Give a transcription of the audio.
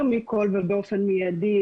באופן שבועי,